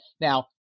now